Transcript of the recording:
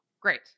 Great